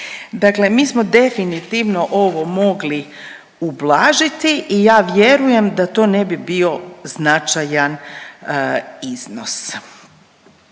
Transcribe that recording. Dakle mi smo definitivno ovo mogli ublažiti i ja vjerujem da to ne bi bio značajan iznos.